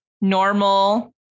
normal